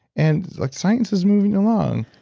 and like science is moving along.